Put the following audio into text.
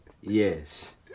Yes